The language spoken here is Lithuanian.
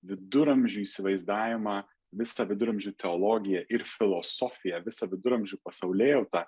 viduramžių įsivaizdavimą visą viduramžių teologiją ir filosofiją visą viduramžių pasaulėjautą